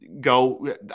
Go